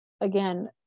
again